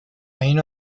اینو